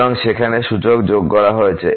সুতরাং সেখানে সূচক যোগ করা হয়েছে